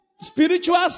spiritual